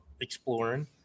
exploring